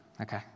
Okay